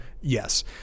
yes